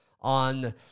on